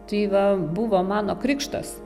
tai va buvo mano krikštas